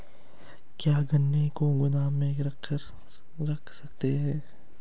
क्या गन्ने को गोदाम में रख सकते हैं?